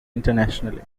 internationally